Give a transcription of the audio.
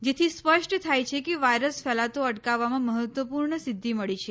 જેથી સ્પષ્ટ થાય છે કે વાયરસ ફેલાતો અટકાવવામાં મહત્વપુર્ણ સિધ્ધી મળી છે